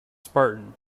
spartan